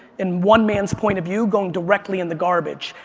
in one man's point of view, going directly in the garbage.